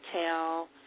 tell